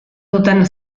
duten